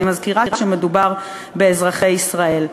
אני מזכירה שמדובר באזרחי ישראל.